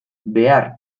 behar